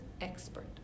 expert